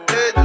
Hey